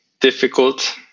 difficult